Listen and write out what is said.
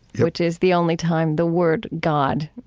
which is the only time the word god